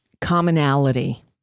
commonality